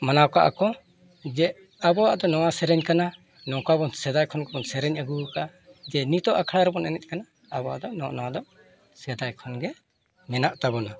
ᱢᱟᱱᱟᱣ ᱟᱠᱟᱫ ᱟᱠᱚ ᱡᱮ ᱟᱵᱚᱣᱟᱜ ᱫᱚ ᱱᱚᱣᱟ ᱥᱮᱨᱮᱧ ᱠᱟᱱᱟ ᱱᱚᱝᱠᱟ ᱵᱚᱱ ᱥᱮᱫᱟᱭ ᱠᱷᱚᱱ ᱜᱮ ᱵᱚᱱ ᱥᱮᱨᱮᱧ ᱟᱹᱜᱩ ᱟᱠᱟᱫᱼᱟ ᱡᱮ ᱱᱤᱛᱚᱜ ᱟᱠᱷᱲᱟ ᱨᱮᱵᱚᱱ ᱮᱱᱮᱡ ᱠᱟᱱᱟ ᱟᱵᱚᱣᱟᱜ ᱫᱚ ᱱᱚᱜᱼᱚ ᱱᱚᱣᱟ ᱫᱚ ᱥᱮᱫᱟᱭ ᱠᱷᱚᱱ ᱜᱮ ᱢᱮᱱᱟᱜ ᱛᱟᱵᱚᱱᱟ